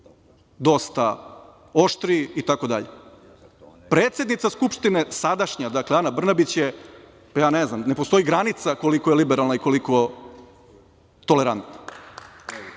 dosta oštriji itd. Predsednica Skupštine, sadašnja, dakle, Ana Brnabić, ja ne znam, ne postoji granica koliko je liberalna i koliko tolerantna.